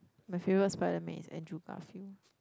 my favourite Spiderman is Andrew-Garfield